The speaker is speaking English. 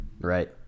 right